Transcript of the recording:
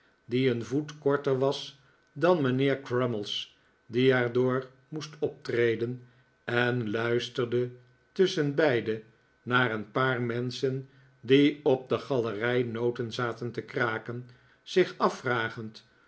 die een voet korter was dan mijnheer crummies die er door moest optreden en luisterde tusschenbeide naar een paar menschen die op de galerij noten zaten te kraken zich afvragend